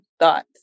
Thoughts